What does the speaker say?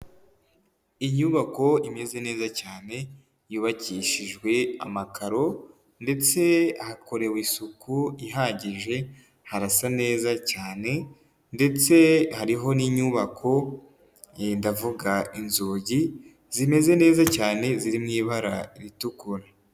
Inyubako imeze neza cyane, yubakishijwe amakaro ndetse hakorewe isuku ihagije, harasa neza cyane ndetse hariho n'inyubako, ndavuga inzugi zimeze neza cyane, ziri mu ibara ritukura.